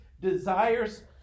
desires